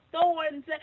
thorns